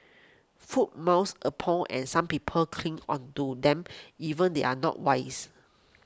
food myths upon and some people cling onto them even they are not wise